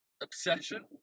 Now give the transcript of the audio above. obsession